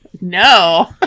no